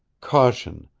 caution,